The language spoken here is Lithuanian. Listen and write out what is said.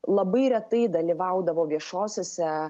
labai retai dalyvaudavo viešosiose